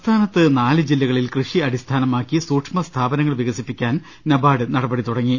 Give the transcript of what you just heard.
സംസ്ഥാനത്ത് നാല് ജില്ലകളിൽ കൃഷി അടിസ്ഥാനമാക്കി സൂക്ഷ്മ സ്ഥാപനങ്ങൾ വികസിപ്പിക്കാൻ നബാർഡ് നടപടി തുട ങ്ങി